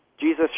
Jesus